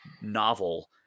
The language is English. novel